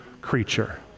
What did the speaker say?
creature